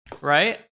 right